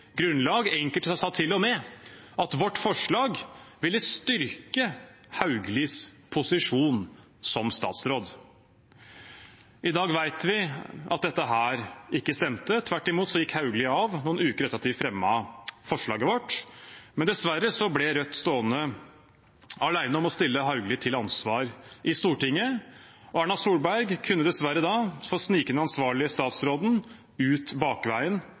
grunnlag – enkelte sa til og med at vårt forslag ville styrke Hauglies posisjon som statsråd. I dag vet vi at dette ikke stemte. Tvert imot gikk Hauglie av noen uker etter at vi fremmet forslaget vårt. Dessverre ble Rødt stående alene om å stille Hauglie til ansvar i Stortinget, og Erna Solberg kunne dessverre da få snike den ansvarlige statsråden ut bakveien